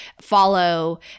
follow